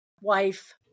wife